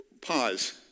Pause